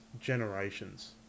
generations